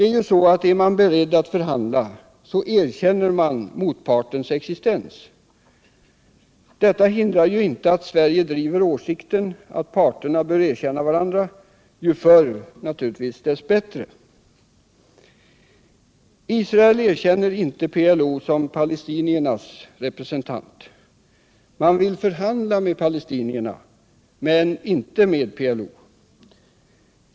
Är man beredd att förhandla, så erkänner man ju motpartens existens. Detta hindrar inte att Sverige driver åsikten att parterna bör erkänna varandra — ju förr dess bättre. Israel erkänner inte PLO som palestiniernas representant. Man vill förhandla med palestinierna men inte med PLO.